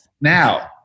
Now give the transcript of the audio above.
Now